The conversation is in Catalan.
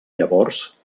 llavors